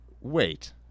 Wait